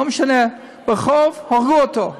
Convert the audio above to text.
לא משנה, ברחוב הרגו אותו,